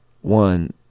one